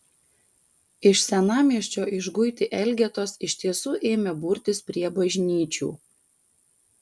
iš senamiesčio išguiti elgetos iš tiesų ėmė burtis prie bažnyčių